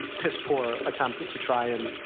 piss poor attempt to try and